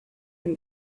and